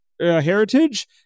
heritage